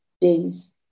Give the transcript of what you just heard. days